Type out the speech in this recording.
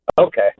Okay